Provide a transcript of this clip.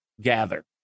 gather